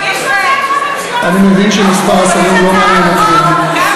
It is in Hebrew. אני מבין שמספר השרים לא מעניין אתכם,